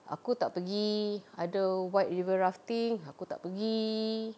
aku tak pergi ada white river rafting aku tak pergi